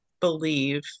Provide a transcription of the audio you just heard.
believe